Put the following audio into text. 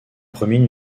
premiers